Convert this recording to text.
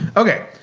ok,